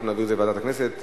אנחנו נעביר את זה לוועדת הכנסת.